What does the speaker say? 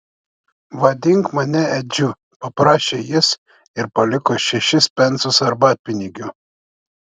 vadink mane edžiu paprašė jis ir paliko šešis pensus arbatpinigių